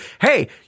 hey